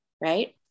right